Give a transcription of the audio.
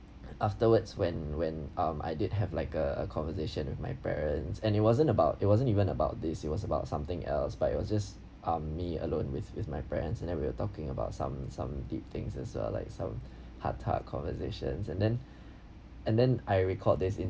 afterwards when when um I did have like a a conversation with my parents and it wasn't about it wasn't even about this it was about something else but it was just um me alone with with my parents and then we were talking about some some deep things as uh like some heart to heart conversations and then and then I recalled this in~